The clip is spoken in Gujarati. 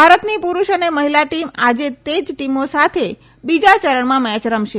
ભારતની પુરૂષ અને મહિલા ટીમ આજે તેજ ટીમો સાથે બીજા ચરણમાં મેચ રમશે